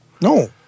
No